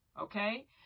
okay